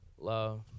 love